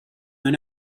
and